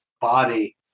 Body